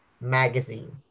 Magazine